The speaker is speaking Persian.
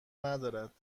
ندارد